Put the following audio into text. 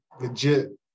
legit